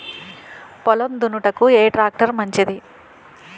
పొలం దున్నుటకు ఏ ట్రాక్టర్ మంచిది?